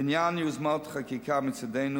לעניין יוזמת חקיקה מצדנו,